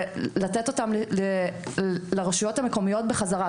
ולתת אותם לרשויות המקומיות בחזרה,